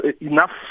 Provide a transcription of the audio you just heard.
enough